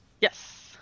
yes